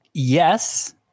Yes